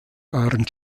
waren